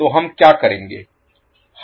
तो हम क्या करेंगे